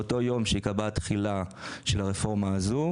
באותו יום שתיקבע תחילתה של הרפורמה הזאת,